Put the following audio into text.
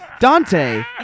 Dante